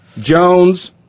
Jones